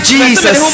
Jesus